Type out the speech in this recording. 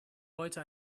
heute